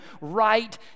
right